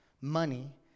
money